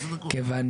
כיוון